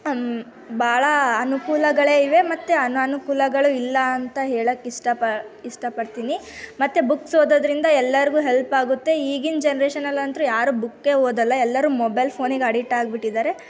ಭಾಳ ಅನುಕೂಲಗಳೇ ಇವೆ ಮತ್ತು ಅನನುಕೂಲಗಳು ಇಲ್ಲ ಅಂತ ಹೇಳಕ್ಕೆ ಇಷ್ಟ ಪ ಇಷ್ಟಪಡ್ತೀನಿ ಮತ್ತು ಬುಕ್ಸ್ ಓದೋದ್ರಿಂದ ಎಲ್ಲರಿಗೂ ಹೆಲ್ಪ್ ಆಗುತ್ತೆ ಈಗಿನ ಜನರೇಷಲ್ಲಂತೂ ಯಾರು ಬುಕ್ಕೆ ಓದಲ್ಲ ಎಲ್ಲರೂ ಮೊಬೈಲ್ ಫೋನಿಗೆ ಅಡಿಟ್ ಆಗ್ಬಿಟ್ಟಿದ್ದಾರೆ